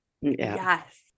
yes